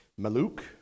Maluk